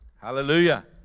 Hallelujah